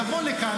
יבוא לכאן,